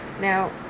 Now